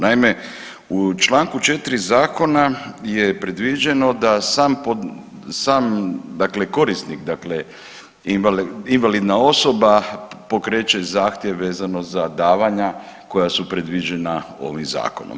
Naime, u Članku 4. zakona je predviđeno da sam, sam dakle korisnik dakle invalidna osoba pokreće zahtjeve vezano za davanja koja su predviđena ovim zakonom.